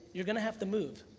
you're gonna have to move.